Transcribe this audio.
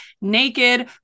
naked